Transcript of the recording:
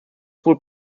would